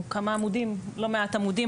לא מעט עמודים,